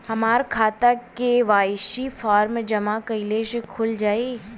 हमार खाता KYC form जमा कइले से खुल जाई?